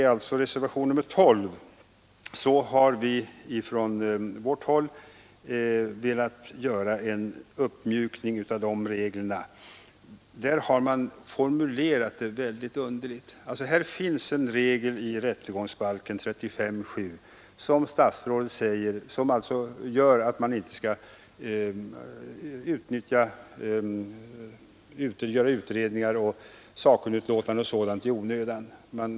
Vi har i reservationen 12 framfört förslag om en uppmjukning av reglerna för processledning. Dessa regler är mycket underligt formulerade. Det finns, som statsrådet säger, en regel i rättegångsbalken 35:7, där det stadgas att man inte skall göra utredningar, utarbeta sakkunnigut låtanden osv. i onödan.